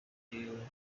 the